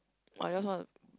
I just want to